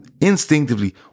instinctively